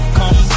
come